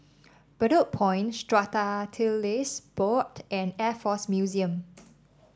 Bedok Point Strata Titles Board and Air Force Museum